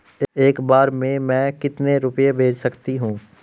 एक बार में मैं कितने रुपये भेज सकती हूँ?